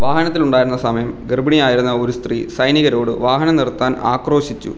വാഹനത്തിലുണ്ടായിരുന്ന സമയം ഗർഭിണിയായിരുന്ന ഒരു സ്ത്രീ സൈനികരോട് വാഹനം നിർത്താൻ ആക്രോശിച്ചു